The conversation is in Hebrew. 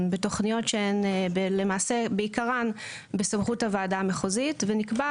בתוכניות שהן למעשה בעיקרן בסמכות הוועדה המחוזית ונקבע